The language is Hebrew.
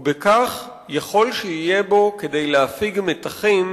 ובכך יכול שיהיה בו כדי להפיג מתחים